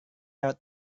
lewat